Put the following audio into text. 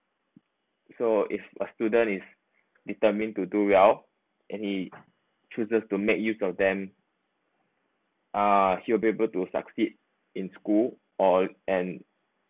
so if a student is determined to do well and he chooses to make use of them uh he'll be able to succeed in school or and